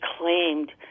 claimed